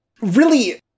really-